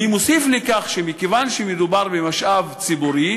אני מוסיף על כך שמכיוון שמדובר במשאב ציבורי,